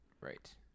Right